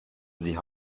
sie